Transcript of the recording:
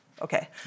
Okay